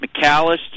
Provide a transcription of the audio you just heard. McAllister